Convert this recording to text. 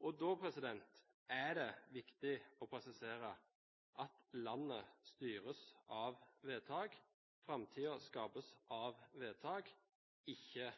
Da er det viktig å presisere at landet styres av vedtak. Framtiden skapes av vedtak, ikke